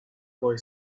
boy